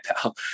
pal